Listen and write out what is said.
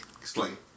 Explain